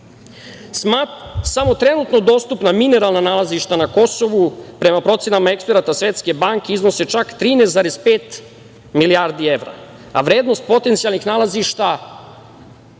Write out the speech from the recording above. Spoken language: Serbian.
Samo trenutno dostupna mineralna nalazišta na Kosovu, prema procenama eksperata Svetske banke, iznose čak 13,5 milijardi evra, a vrednost potencijalnih nalazišta,